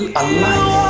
alive